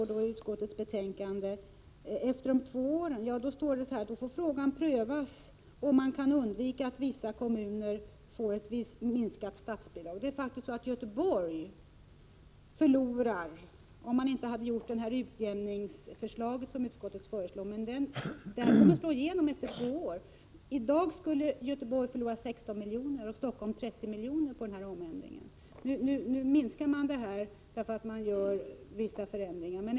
Det står i utskottets betänkande att frågan får prövas om det går att undvika att vissa kommuner får ett minskat statsbidrag. Utskottet föreslår en utjämning, som slår igenom om två år. I dag skulle Göteborg förlora 16 miljoner och Stockholm 30 miljoner genom denna förändring.